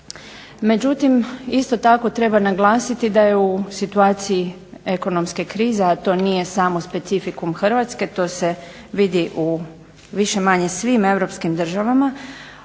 Međutim, isto tako treba naglasiti da je u situaciji ekonomske krize, a to nije samo specificum Hrvatske. To se vidi u više manje svim europskim državama.